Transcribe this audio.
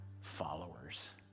followers